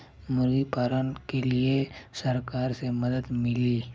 मुर्गी पालन के लीए सरकार से का मदद मिली?